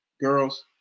Girls